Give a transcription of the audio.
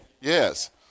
Yes